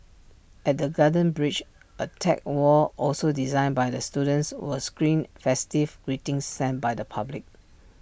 at the garden bridge A tech wall also designed by the students will screen festive greetings sent by the public